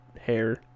hair